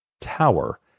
tower